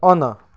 on